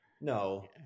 No